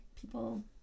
people